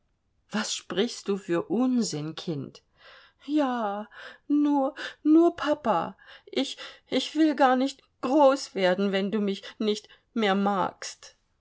was sprichst du für unsinn kind ja nur nur pa pa ich ich will gar nicht groß werden wenn du mich nicht mehr magst